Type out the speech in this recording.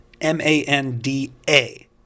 M-A-N-D-A